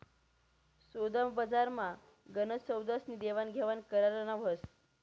सोदाबजारमा गनच सौदास्नी देवाणघेवाण करारमा व्हस